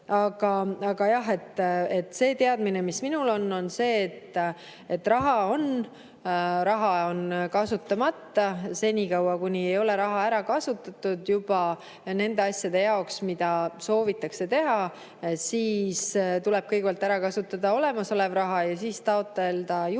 Aga jah, see teadmine, mis minul on, on see, et raha on, raha on kasutamata senikaua, kuni ei ole raha ära kasutatud nende asjade jaoks, mida soovitakse teha. Tuleb kõigepealt ära kasutada olemasolev raha ja siis taotleda juurde,